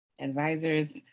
advisors